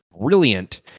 brilliant